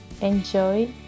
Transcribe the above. enjoy